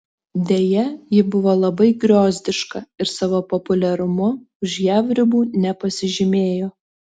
deja ji buvo labai griozdiška ir savo populiarumu už jav ribų nepasižymėjo